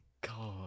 God